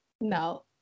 no